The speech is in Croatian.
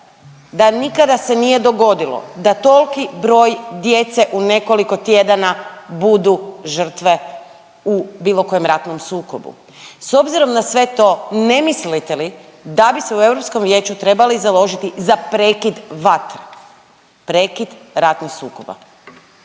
da nikada se nije dogodilo da tolki broj djece u nekoliko tjedana budu žrtve u bilo kojem ratnom sukobu, s obzirom na sve to ne mislite li da bi se u Europskom vijeću trebali založiti za prekid vatre, prekid ratnih sukoba?